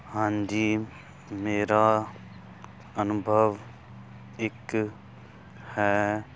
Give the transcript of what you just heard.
ਹਾਂਜੀ ਮੇਰਾ ਅਨੁਭਵ ਇੱਕ ਹੈ